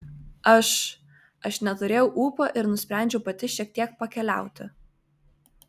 aš aš neturėjau ūpo ir nusprendžiau pati šiek tiek pakeliauti